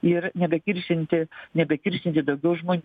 ir nebekiršinti nebekiršinti daugiau žmonių